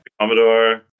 Commodore